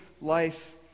life